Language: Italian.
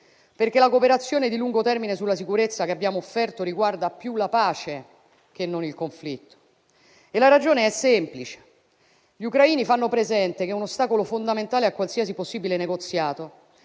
La cooperazione di lungo termine sulla sicurezza che abbiamo offerto, infatti, riguarda più la pace che non il conflitto. La ragione è semplice: gli ucraini fanno presente che un ostacolo fondamentale a qualsiasi possibile negoziato